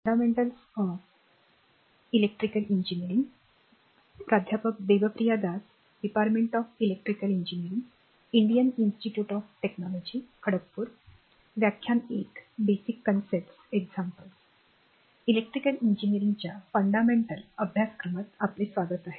fundamentals of electrical engineering अभ्यासक्रमात आपले स्वागत आहे